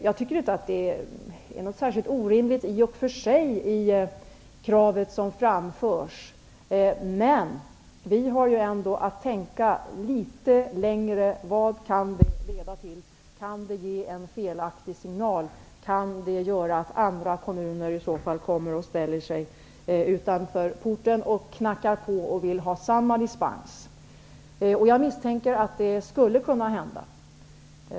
Jag tycker i och för sig inte att det krav som framförs är särskilt orimligt, men vi har ändå att tänka litet längre och fråga oss vad detta kan leda till, om det kan ge en felaktig signal, om det kan göra att också andra kommuner kommer och ställer sig utanför porten och knackar på och vill ha samma dispens. Jag misstänker att det skulle kunna hända.